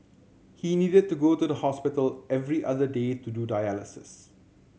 he needed to go to the hospital every other day to do dialysis